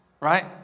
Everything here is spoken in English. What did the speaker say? Right